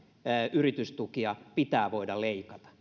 yritystukia pitää voida leikata